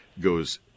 goes